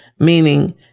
meaning